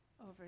over